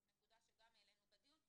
זאת נקודה שגם העלינו בדיון.